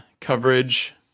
coverage